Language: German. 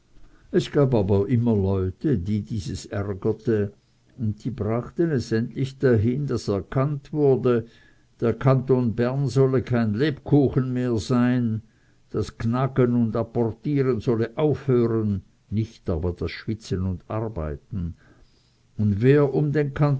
es gab aber immer leute die dieses ärgerte und die brachten es endlich dahin daß erkannt wurde der kanton bern solle kein lebkuchen mehr sein das gnagen und apportieren solle aufhören aber nicht das schwitzen und arbeiten und wer um den